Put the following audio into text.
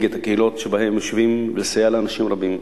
את הקהילות שבהן הם יושבים ולסייע לאנשים רבים,